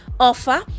offer